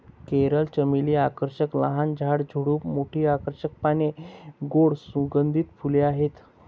coral चमेली आकर्षक लहान झाड, झुडूप, मोठी आकर्षक पाने, गोड सुगंधित फुले आहेत